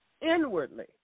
inwardly